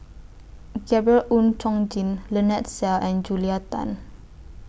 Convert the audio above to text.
Gabriel Oon Chong Jin Lynnette Seah and Julia Tan